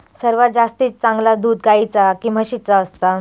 सर्वात जास्ती चांगला दूध गाईचा की म्हशीचा असता?